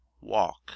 walk